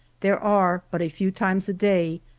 there are, but a few times a day,